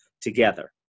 together